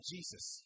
Jesus